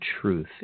truth